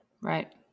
Right